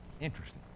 Interesting